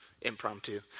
Impromptu